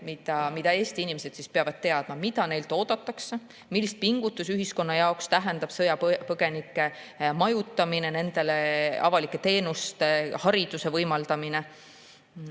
mida Eesti inimesed peavad teadma? Mida neilt oodatakse? Millist pingutust ühiskonna jaoks tähendab sõjapõgenike majutamine, neile avalike teenuste, hariduse võimaldamine?